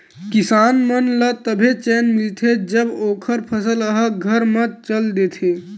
किसान मन ल तभे चेन मिलथे जब ओखर फसल ह घर म चल देथे